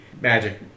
magic